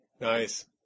Nice